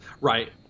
Right